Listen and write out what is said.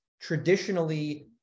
traditionally